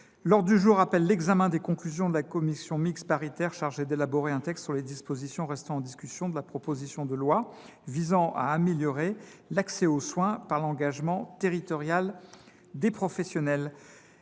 L’ordre du jour appelle l’examen des conclusions de la commission mixte paritaire chargée d’élaborer un texte sur les dispositions restant en discussion de la proposition de loi visant à améliorer l’accès aux soins par l’engagement territorial des professionnels